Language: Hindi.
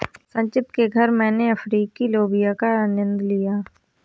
संचित के घर मैने अफ्रीकी लोबिया का आनंद लिया